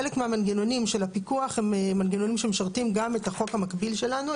חלק מהמנגנונים של הפיקוח הם מנגנונים שמשרתים גם את החוק המקביל שלנו,